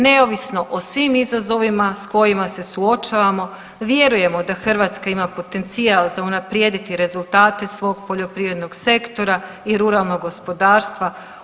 Neovisno o svim izazovima s kojima se suočavamo vjerujemo da Hrvatska ima potencijal za unaprijediti rezultate svog poljoprivrednog sektora i ruralnog gospodarstva.